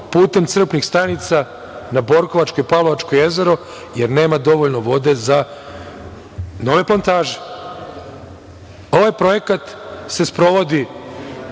putem crpnih stanica na Borkovačko i Pavlovačko jezero jer nema vode dovoljno za nove plantaže. Ovaj projekat se sprovodi